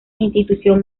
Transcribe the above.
institución